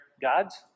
gods